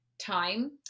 time